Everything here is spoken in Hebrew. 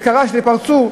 וקרה שפרצו,